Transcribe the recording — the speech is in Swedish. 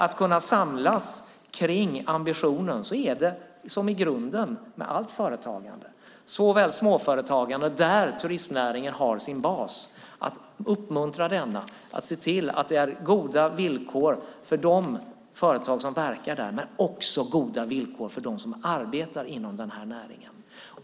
Att kunna samlas kring ambitionen handlar om det som är grunden för allt företagande. Det gäller även småföretagandet, där turistnäringen har sin bas. Det handlar om att uppmuntra denna och se till att det finns goda villkor för de företag som verkar där, och det handlar också om goda villkor för dem som arbetar inom den här näringen.